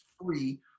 free